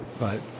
Right